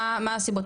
מה הסיבות?